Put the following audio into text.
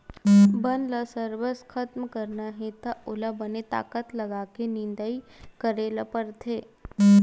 बन ल सरबस खतम करना हे त ओला बने ताकत लगाके निंदई करे ल परथे